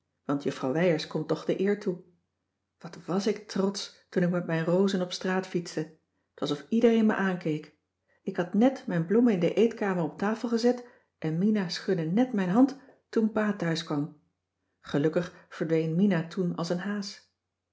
juffrouw wijers komt toch de eer toe wat was ik trotsch toen ik met mijn rozen op straat fietste t was of iedereen me aankeek ik had nèt mijn bloemen in de eetkamer op tafel gezet en mina schudde nèt mijn hand toen pa thuiskwam gelukkig verdween mina toen als een haas